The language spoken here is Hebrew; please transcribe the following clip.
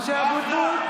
(קוראת בשמות חברי הכנסת) משה אבוטבול,